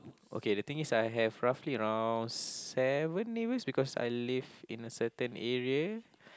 okay the thing is I have roughly around seven neighbors because I live in a certain area